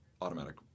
Automatic